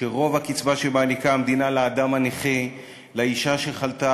באילו מקרים יהיה כדאי לאיזה עורך-דין לייצג אותו,